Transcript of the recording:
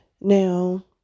now